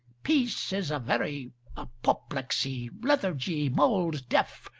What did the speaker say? peace is a very apoplexy, lethargy mulled, deaf,